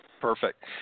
Perfect